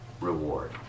reward